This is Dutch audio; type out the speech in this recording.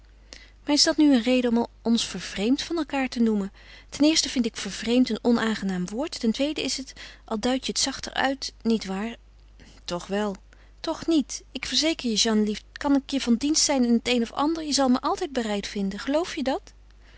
is dat nu een reden om ons vervreemd van elkaâr te noemen ten eerste vind ik vervreemd een onaangenaam woord ten tweede is het al duidt je het zachter uit niet waar toch wel toch niet ik verzeker je jeannelief kan ik je van dienst zijn in het een of ander je zal me altijd bereid vinden geloof je dat